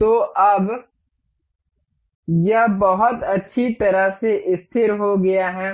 तो अब यह बहुत अच्छी तरह से स्थिर हो गया है